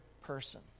person